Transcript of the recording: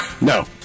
No